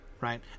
right